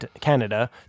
Canada